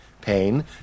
pain